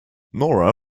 nora